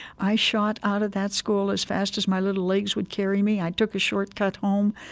i shot out of that school as fast as my little legs would carry me, i took a shortcut home,